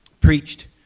preached